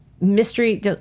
mystery